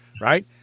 Right